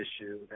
issue